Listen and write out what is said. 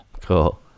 Cool